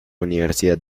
universidad